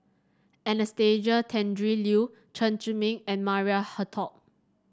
Anastasia Tjendri Liew Chen Zhiming and Maria Hertogh